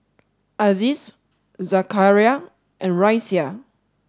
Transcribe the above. Aziz Zakaria and Raisya